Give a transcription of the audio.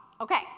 okay